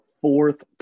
fourth